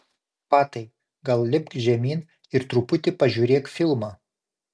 patai gal lipk žemyn ir truputį pažiūrėk filmą